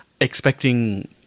expecting